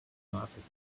marketplace